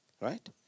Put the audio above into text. right